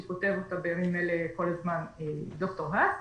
שכותב אותה בימים אלה כל הזמן ד"ר האס,